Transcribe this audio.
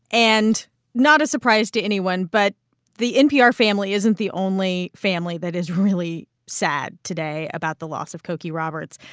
and not a surprise to anyone, but the npr family isn't the only family that is really sad today about the loss of cokie roberts.